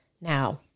Now